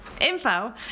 info